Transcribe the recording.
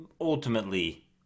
ultimately